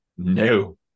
No